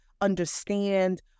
understand